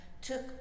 took